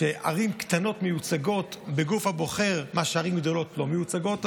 לכך שערים קטנות מיוצגות בגוף הבוחר ושערים גדולות לא מיוצגות,